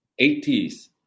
80s